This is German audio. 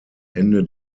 ende